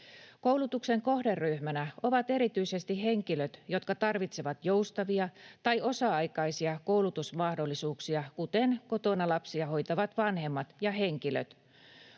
Koulutuksen kohderyhmänä ovat erityisesti henkilöt, jotka tarvitsevat joustavia tai osa-aikaisia koulutusmahdollisuuksia, kuten kotona lapsia hoitavat vanhemmat ja henkilöt.